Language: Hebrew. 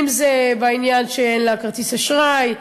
אם זה בכך שאין לה כרטיס אשראי,